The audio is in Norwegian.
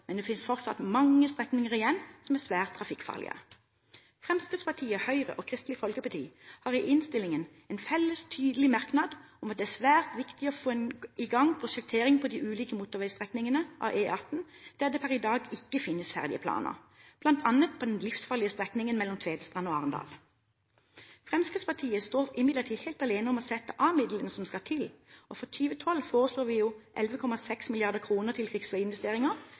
men det finnes fortsatt mange strekninger igjen som er svært trafikkfarlige. Fremskrittspartiet, Høyre og Kristelig Folkeparti har i innstillingen en felles tydelig merknad om at det er svært viktig å få i gang prosjektering på de ulike motorveistrekningene av E18 der det per i dag ikke finnes ferdige planer, bl.a. på den livsfarlige strekningen mellom Tvedestrand og Arendal. Fremskrittspartiet står imidlertid helt alene om å sette av de midlene som skal til, og for 2012 foreslår vi 11,6 mrd. kr til